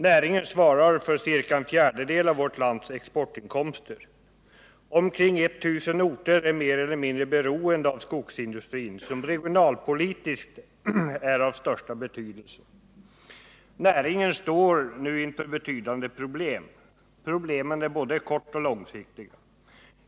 Näringen svarar för ca en fjärdedel av vårt lands exportinkomster. Omkring 1 000 orter är mer eller mindre beroende av skogsindustrin, som regionalpolitiskt är av största betydelse. Näringen står nu inför betydande problem. Problemen är både kortoch långsiktiga.